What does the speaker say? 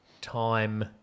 time